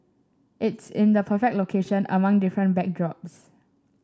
it's in the perfect location among different backdrops